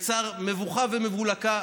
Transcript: וזה יצר בוקה ומבולקה.